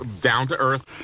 down-to-earth